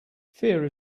fear